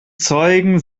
zeugen